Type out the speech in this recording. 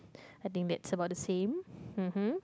I think that's about the same um hm